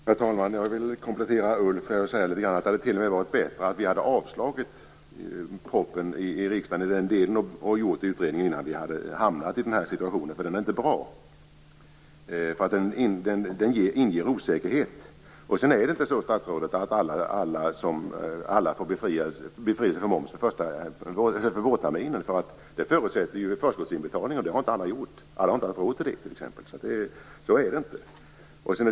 Herr talman! Jag vill komplettera Ulf Melin och säga att det t.o.m. hade varit bättre om vi hade avslagit propositionen i riksdagen i den delen och gjort utredningen innan vi hamnade i den här situationen. Den är nämligen inte bra. Den inger osäkerhet. Det är inte heller så, statsrådet, att alla får befrielse från moms för vårterminen. Det förutsätter ju att man gör en förskottsinbetalning, och det har inte alla gjort. Alla har t.ex. inte haft råd med det. Så är det alltså inte.